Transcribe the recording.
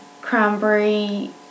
cranberry